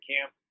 camp